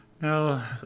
Now